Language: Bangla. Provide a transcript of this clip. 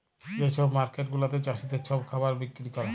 যে ছব মার্কেট গুলাতে চাষীদের ছব খাবার বিক্কিরি ক্যরে